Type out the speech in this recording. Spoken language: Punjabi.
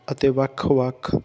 ਅਤੇ ਵੱਖ ਵੱਖ